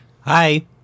Hi